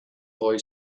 boy